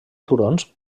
turons